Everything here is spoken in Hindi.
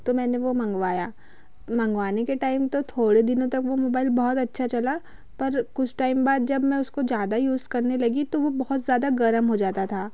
तो मैंने वो मंगवाया मंगवाने के टाइम तो थोड़े दिनों तक तो वो मोबाईल बहुत अच्छा चला पर कुछ टाइम बाद जब मैं उसको ज़्यादा यूज़ करने लगी तो वो बहुत ज़्यादा गर्म हो जाता था